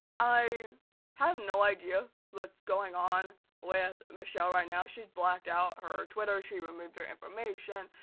i have no idea what's going on with michelle right now. she's blacked out her twitter, she removed her information,